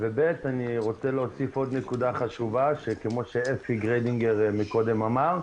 אני רוצה להוסיף עוד נקודה חשובה שכמו שאפי קודם אמר,